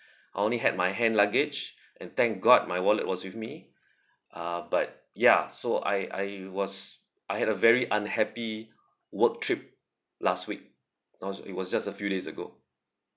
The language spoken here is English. I only had my hand luggage and thank god my wallet was with me uh but ya so I I was I had a very unhappy work trip last week I was it was just a few days ago